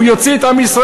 הוא יוציא את עם ישראל,